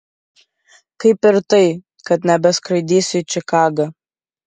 kaip ir tai kad nebeskraidysiu į čikagą